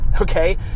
Okay